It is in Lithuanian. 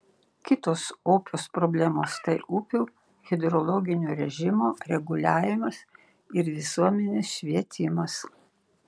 kitos opios problemos tai upių hidrologinio režimo reguliavimas ir visuomenės švietimas